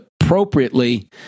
appropriately